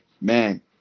man